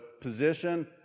position